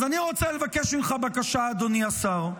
אז אני רוצה לבקש ממך בקשה, אדוני השר.